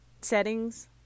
settings